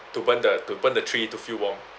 to burn the to burn the tree to feel warm